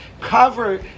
cover